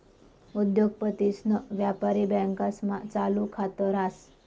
उद्योगपतीसन व्यापारी बँकास्मा चालू खात रास